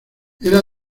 era